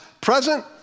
present